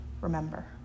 remember